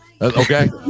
Okay